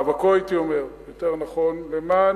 יותר נכון במאבקו,